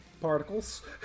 particles